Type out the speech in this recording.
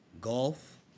golf